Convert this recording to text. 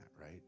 right